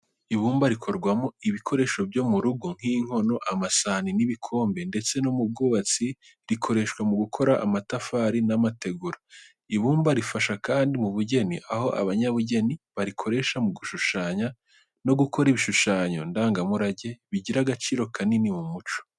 Ibumba rikorwamo ibikoresho byo mu rugo nk'inkono, amasahani n'ibikombe ndetse no mu bwubatsi rikoreshwa mu gukora amatafari n'amategura. Ibumba rifasha kandi mu bugeni, aho abanyabugeni barikoresha mu gushushanya no gukora ibishushanyo ndangamurage bigira agaciro kanini mu muco.